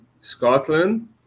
Scotland